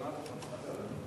כן.